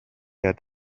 had